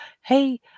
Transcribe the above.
Hey